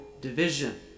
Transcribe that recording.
division